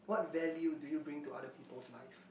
what value do you bring to other people's life